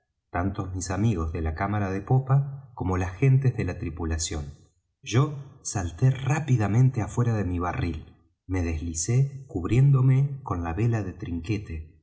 tanto mis amigos de la cámara de popa como las gentes de la tripulación yo salté rápidamente afuera de mi barril me deslicé cubriéndome con la vela de trinquete